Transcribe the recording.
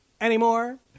anymore